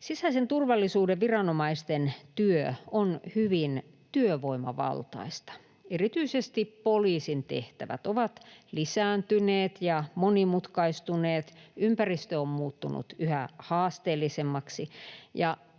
Sisäisen turvallisuuden viranomaisten työ on hyvin työvoimavaltaista. Erityisesti poliisin tehtävät ovat lisääntyneet ja monimutkaistuneet. Ympäristö on muuttunut yhä haasteellisemmaksi.